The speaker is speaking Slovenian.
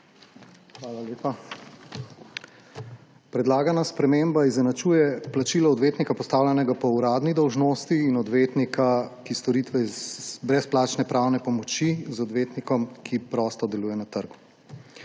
Hvala lepa. Predlagana sprememba izenačuje plačilo odvetnika, postavljenega po uradni dolžnosti, in odvetnika, ki [izvaja] storitve brezplačne pravne pomoči, z odvetnikom, ki prosto deluje na trgu.